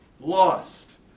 lost